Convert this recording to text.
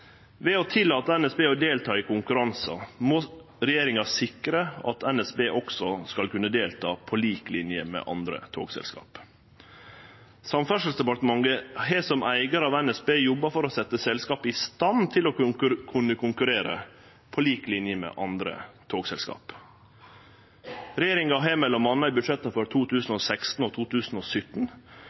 Ved å tillate NSB å delta i konkurransar må regjeringa sikre at NSB skal kunne delta på lik linje med andre togselskap. Samferdselsdepartementet har som eigar av NSB jobba for å setje selskapet i stand til å kunne konkurrere på lik linje med andre togselskap. Regjeringa har m.a. i budsjetta for 2016 og 2017